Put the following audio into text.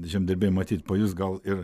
žemdirbiai matyt pajus gal ir